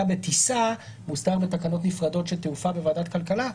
בטיסה מוסדר בתקנות נפרדות של תעופה בוועדת כלכלה,